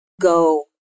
go